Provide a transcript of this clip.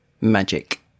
magic